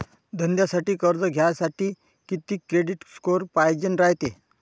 धंद्यासाठी कर्ज घ्यासाठी कितीक क्रेडिट स्कोर पायजेन रायते?